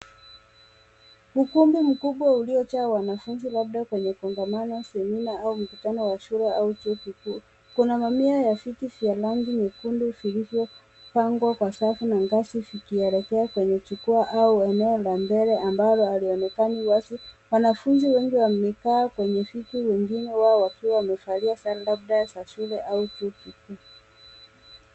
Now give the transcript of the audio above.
Ukumbi mkubwa uliojaa wanafunzi labda kwenye kongamano, semina au mkutano wa shule au Chuo kikuu. Kuna mamia ya viti vya rangi nyekundu vilivyopangwa kwa safu na ngazi; vikielekea kwenye jukwaa au eneo la mbele ambalo halionekani wazi. Wanafunzi wengi wamekaa kwenye viti wengine wao wakiwa wamevalia sare za blouse za shule au Chuo kikuu.